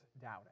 doubting